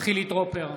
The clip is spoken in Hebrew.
חילי טרופר,